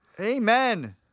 Amen